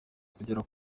kugera